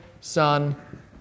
Son